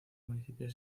municipio